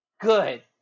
Good